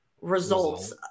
results